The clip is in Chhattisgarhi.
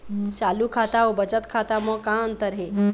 चालू खाता अउ बचत खाता म का अंतर हे?